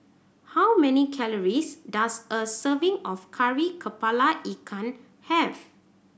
how many calories does a serving of Kari Kepala Ikan have